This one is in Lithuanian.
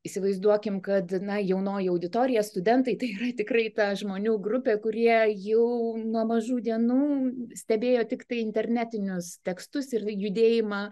įsivaizduokime kad na jaunoji auditorija studentai tai tikrai ta žmonių grupė kurie jau nuo mažų dienų stebėjo tiktai internetinius tekstus ir judėjimą